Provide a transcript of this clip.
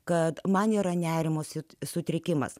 kad man yra nerimo sutrikimas